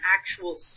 actual